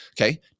okay